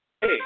Hey